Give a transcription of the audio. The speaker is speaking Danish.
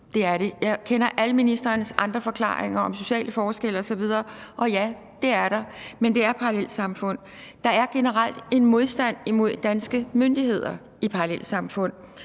Jeg kender alle ministerens andre forklaringer om sociale forskelle osv., og ja, det er der, men det skyldes parallelsamfundene. Der er generelt en modstand mod danske myndigheder i parallelsamfundene.